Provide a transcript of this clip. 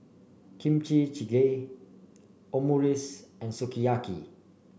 Kimchi Jjigae Omurice and Sukiyaki